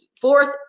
fourth